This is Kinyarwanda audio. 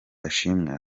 ashimwe